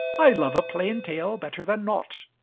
i love a plain tale better than naught.